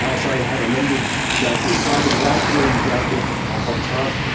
i, sorry. i have a number of jackets. i the black gym jacket up on top,